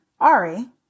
Ari